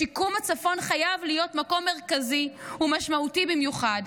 לשיקום הצפון חייב להיות מקום מרכזי ומשמעותי במיוחד.